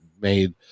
made –